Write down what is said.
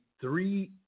three